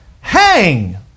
hang